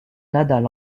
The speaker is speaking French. nadal